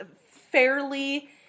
fairly